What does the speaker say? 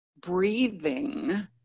breathing